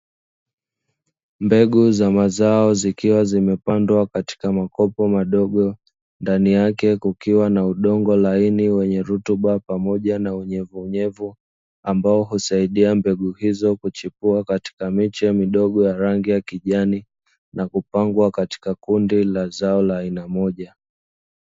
Mbegu za mazao zikiwa zimepandwa katika makopo madogo ndani yake kukiwa na udongo laini wenye rutuba pamoja na unyevunyevu, ambao husaidia mbegu hizo kuchipua katika miche midogo ya rangi ya kijani na kupangwa katika kundi la zao la aina moja